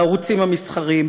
בערוצים המסחריים.